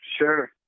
Sure